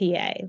PA